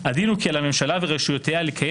"הדין הוא כי על הממשלה ורשויותיה לקיים